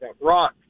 Rock